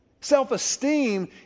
Self-esteem